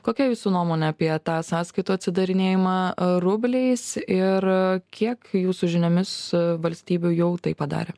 kokia jūsų nuomonė apie tą sąskaitų atidarinėjimą rubliais ir kiek jūsų žiniomis valstybių jau tai padarė